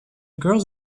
girls